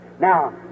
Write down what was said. Now